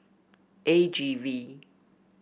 A G V